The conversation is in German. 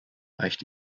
reicht